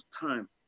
time